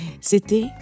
C'était